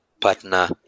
partner